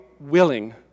willing